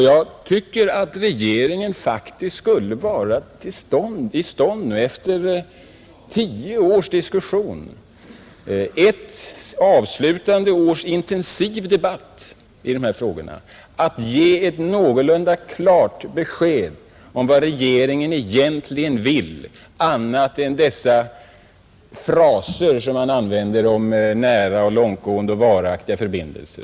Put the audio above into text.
Jag tycker faktiskt att regeringen skulle vara i stånd — efter tio års diskussion och ett års avslutande, intensiv debatt i dessa frågor — att ge ett någorlunda klart besked om vad regeringen egentligen vill, någonting utöver de fraser som regeringen använder om nära, långtgående och varaktiga förbindelser.